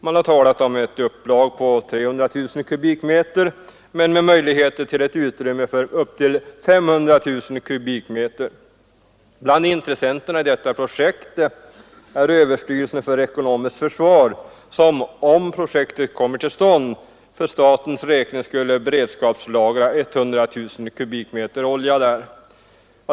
Man har talat om ett upplag på 300 000 kubikmeter men med möjligheter till ett utrymme för upp till 500 000 kubikmeter. Bland intressenterna i detta projekt är överstyrelsen för ekonomiskt försvar som, om projektet kommer till stånd, för statens räkning skulle beredskapslagra 100 000 kubikmeter olja där.